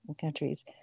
countries